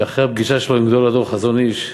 שאחרי הפגישה שלו עם גדול הדור, החזון-אי"ש,